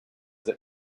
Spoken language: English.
that